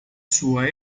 sua